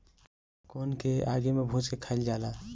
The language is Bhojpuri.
कोन के आगि में भुज के खाइल जाला